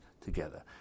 together